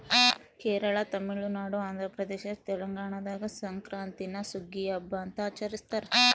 ಕೇರಳ ತಮಿಳುನಾಡು ಆಂಧ್ರಪ್ರದೇಶ ತೆಲಂಗಾಣದಾಗ ಸಂಕ್ರಾಂತೀನ ಸುಗ್ಗಿಯ ಹಬ್ಬ ಅಂತ ಆಚರಿಸ್ತಾರ